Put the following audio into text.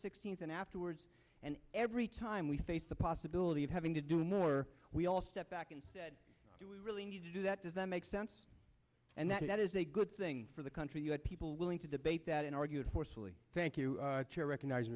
sixteenth and afterwards and every time we face the possibility of having to do more we all step back and do we really need to do that does that make sense and that is a good thing for the country you have people willing to debate that and argued forcefully thank you to recognize